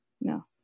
No